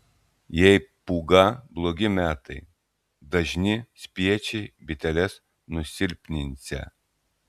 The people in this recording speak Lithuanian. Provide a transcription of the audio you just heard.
jei pūga blogi metai dažni spiečiai biteles nusilpninsią